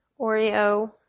Oreo